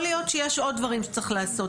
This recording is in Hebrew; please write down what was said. להיות שיש עוד דברים שצריך לעשות,